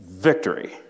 victory